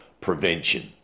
prevention